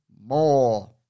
more